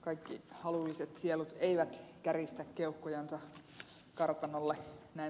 kaikki halulliset sielut eivät käristä keuhkojansa kartanolle näin halutessaan